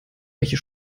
welche